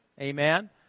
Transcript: Amen